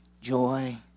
joy